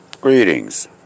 Greetings